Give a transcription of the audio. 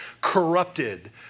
corrupted